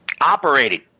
operating